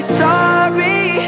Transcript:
sorry